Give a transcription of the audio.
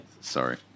Sorry